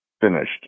finished